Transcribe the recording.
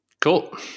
Cool